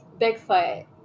Bigfoot